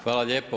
Hvala lijepo.